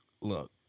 Look